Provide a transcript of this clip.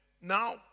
Now